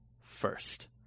first